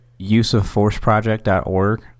UseOfForceProject.org